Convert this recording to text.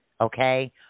okay